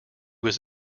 was